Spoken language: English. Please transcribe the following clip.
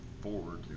forward